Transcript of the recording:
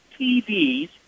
TVs